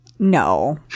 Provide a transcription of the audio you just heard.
no